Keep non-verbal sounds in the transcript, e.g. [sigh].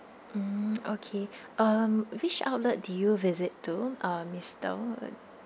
mm [noise] okay um which outlet do you visit to uh mister